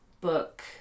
book